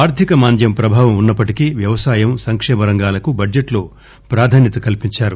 ఆర్దిక మాంద్యం ప్రభావం ఉన్న ప్పటికీ వ్యవసాయం సంకేమ రంగాలకు బడ్లెట్ లో ప్రాధాన్యత కల్పించారు